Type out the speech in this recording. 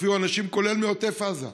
הופיעו אנשים, כולל מעוטף עזה,